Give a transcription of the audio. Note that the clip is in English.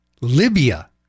Libya